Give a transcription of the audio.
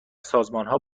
سازمانها